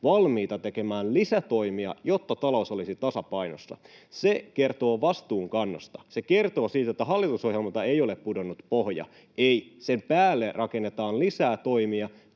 valmiita tekemään lisätoimia, jotta talous olisi tasapainossa — niin se kertoo vastuunkannosta. Se kertoo siitä, että hallitusohjelmalta ei ole pudonnut pohja. Ei, sen päälle rakennetaan lisää toimia,